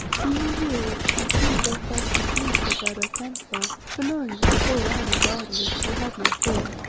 we were weary and soon fell fast asleep beside our camp-fire, for, knowing that the whole army guarded us, we had no fear.